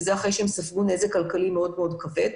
וזה אחרי שהם ספגו נזק כלכלי מאוד כבד.